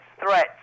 threats